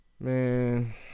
Man